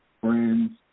Friends